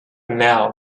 now